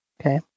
Okay